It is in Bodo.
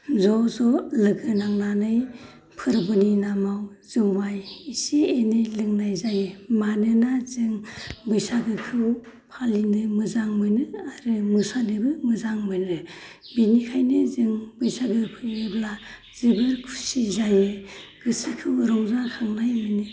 ज'ज' लोगो नांनानै फोरबोनि नामाव जुमाइ एसे एनै लोंनाय जायो मानोना जों बैसागोखौ फालिनो मोजां मोनो आरो मोसानोबो मोजां मोनो बिनिखायनो जों बैसागो फैयोब्ला जोबोद खुसि जायो गोसोखौ रंजाखांनाय मोनो